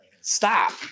Stop